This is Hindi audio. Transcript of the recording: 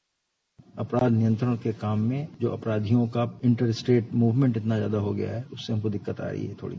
बाइट अपराध नियंत्रण के काम में जो अपराधियों का इंटरस्टेट मुवमेंट इतना ज्यादा हो गया है उससे हमको दिक्कत आई है थोड़ी